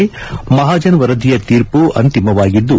ುಹಾಜನ್ ವರದಿಯ ತೀರ್ಪು ಅಂತಿಮವಾಗಿದ್ದು